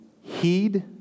heed